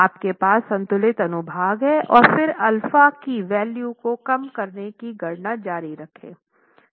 आपके पास संतुलित अनुभाग है और फिर अल्फा की वेल्यू को कम करने की गणना जारी रखें